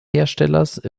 herstellers